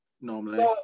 normally